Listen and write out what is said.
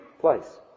place